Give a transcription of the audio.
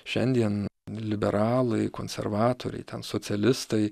šiandien liberalai konservatoriai ten socialistai